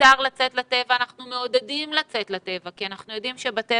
כך שבהחלט